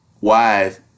wife